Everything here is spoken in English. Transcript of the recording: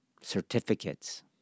certificates